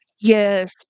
Yes